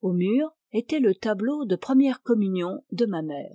au mur était le tableau de première communion de ma mère